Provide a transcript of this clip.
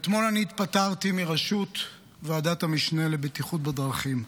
אתמול אני התפטרתי מראשות ועדת המשנה לבטיחות בדרכים.